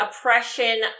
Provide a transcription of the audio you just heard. oppression